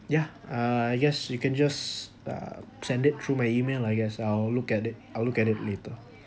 yeah uh yes you can just uh send it through my email lah I guess I'll look at it I'll look at it later